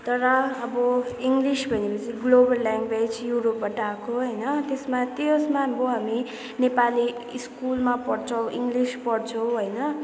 तर अब इङ्लिस भनेपछि ग्लोबल ल्याङ्ग्वेज युरोपबाट आएको होइन त्यसमा त्यसमा गो हामी नेपाली स्कुलमा पढ्छौँ इङ्लिस पढ्छौँ होइन